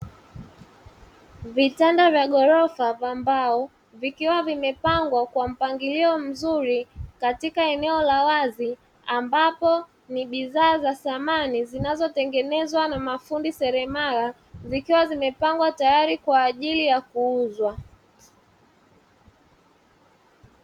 Vitanda vya ghorofa vya mbao vikiwa vimepangwa kwa mpangilio mzuri katika eneo la wazi ambapo ni bidhaa za samani zinazotengenezwa na mafundi seremala zikiwa zimepangwa tayari kwa ajili ya kuuzwa.